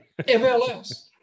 MLS